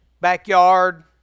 backyard